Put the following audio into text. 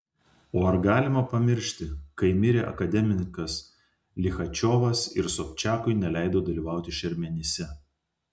o ar galima pamiršti kai mirė akademikas lichačiovas ir sobčiakui neleido dalyvauti šermenyse